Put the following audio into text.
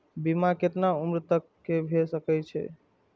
बीमा केतना उम्र तक के भे सके छै?